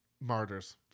Martyrs